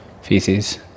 feces